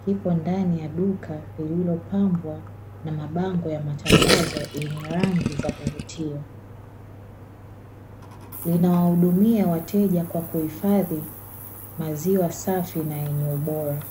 kipo ndani ya duka lililopambwa na mabango ya matangazo yenye rangi za kuvutia. Lina wahudumia wateja kwa kuhifadhi maziwa safi na yenye ubora.